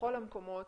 בכל המקומות